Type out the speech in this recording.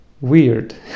weird